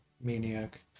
maniac